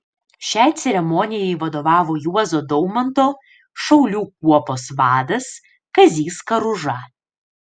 šiai ceremonijai vadovavo juozo daumanto šaulių kuopos vadas kazys karuža